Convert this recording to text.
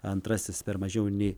antrasis per mažiau nei